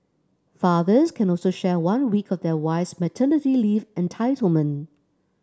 fathers can also share one week of their wife's maternity leave entitlement